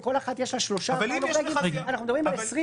אם לכל אחת יש לה שלושה-ארבעה "נורבגים",